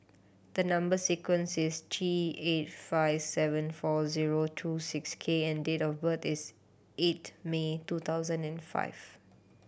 the number sequence is T eight five seven four zero two six K and date of birth is eight May two thousand and five